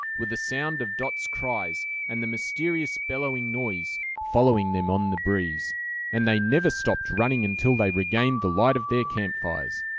with the sound of dot's cries, and the mysterious bellowing noise, following them on the breeze and they never stopped running until they regained the light of their camp fires.